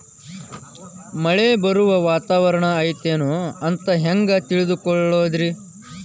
ಮಳೆ ಬರುವ ವಾತಾವರಣ ಐತೇನು ಅಂತ ಹೆಂಗ್ ತಿಳುಕೊಳ್ಳೋದು ರಿ?